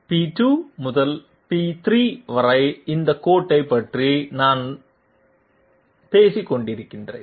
B 2 முதல் P 3 வரை இந்த கோடை பற்றி தான் நான் பேசி கொண்டிருக்கிறேன்